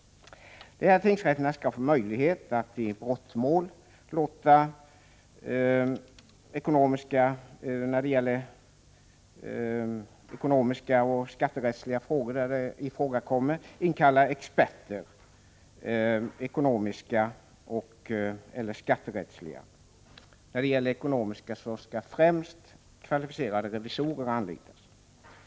De här tingsrätterna skall få möjlighet att i brottmål inkalla experter på ekonomiska och skatterättsliga frågor. När det gäller ekonomiska brott skall främst kvalificerade revisorer anlitas.